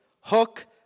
Hook